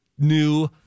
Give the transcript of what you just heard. New